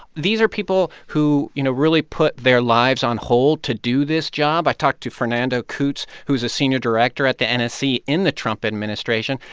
these are people who, you know, really put their lives on hold to do this job. i talked to fernando cutz who was a senior director at the and nsc in the trump administration.